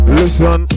listen